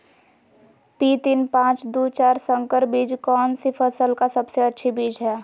P तीन पांच दू चार संकर बीज कौन सी फसल का सबसे अच्छी बीज है?